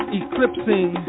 eclipsing